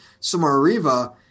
Samariva